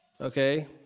Okay